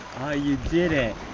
you did it.